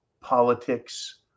politics